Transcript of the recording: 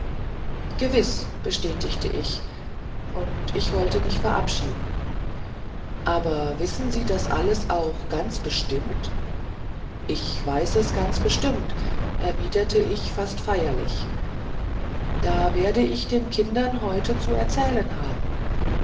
gewiß bestätigte ich und ich wollte mich verabschieden aber wissen sie das alles auch ganz bestimmt ich weiß es ganz bestimmt erwiderte ich fast feierlich da werde ich den kindern heute zu er zählen haben